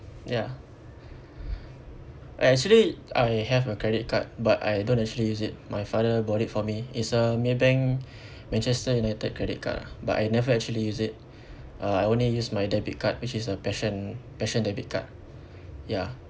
ya I actually I have a credit card but I don't actually use it my father bought it for me it's a Maybank manchester united credit card ah but I never actually use it uh I only use my debit card which is a passion passion debit card ya